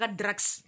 drugs